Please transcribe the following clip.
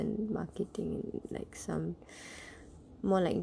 and marketing like some more like